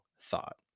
thought